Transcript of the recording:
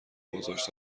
گذاشت